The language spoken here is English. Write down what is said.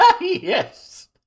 Yes